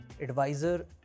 advisor